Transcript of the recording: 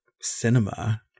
cinema